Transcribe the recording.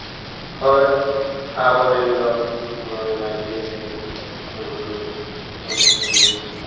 ᱦᱳᱭ ᱟᱵᱚ ᱨᱮᱱ ᱫᱚ ᱢᱟᱱᱮ ᱱᱟᱭᱠᱮ ᱜᱮ ᱜᱩᱨᱩ ᱫᱚ ᱩᱱᱠᱩ ᱜᱮ